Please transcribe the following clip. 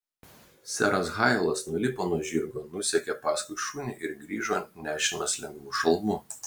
seras hailas nulipo nuo žirgo nusekė paskui šunį ir grįžo nešinas lengvu šalmu